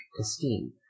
esteem